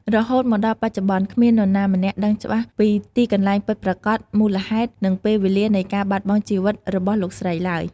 រហូតមកដល់បច្ចុប្បន្ន គ្មាននរណាម្នាក់ដឹងច្បាស់ពី ទីកន្លែងពិតប្រាកដ មូលហេតុ និងពេលវេលា នៃការបាត់បង់ជីវិតរបស់លោកស្រីឡើយ។